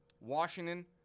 Washington